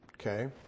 Okay